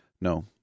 No